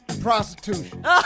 Prostitution